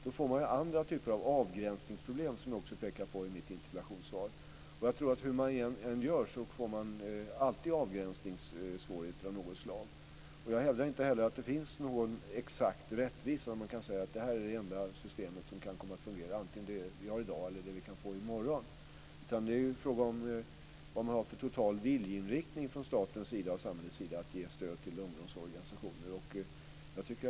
Då får man andra typer av avgränsningsproblem, som jag också pekade på i mitt interpellationssvar. Hur man än gör blir det alltid avgränsningssvårigheter av något slag. Jag hävdar inte heller att det finns någon exakt rättvisa där man kan säga att ett visst system är det enda som fungerar, vare sig det gäller det system som vi har i dag eller det som vi kan få i morgon. Det är en fråga om vad staten och samhället har för total viljeinriktning att ge stöd till ungdomsorganisationer.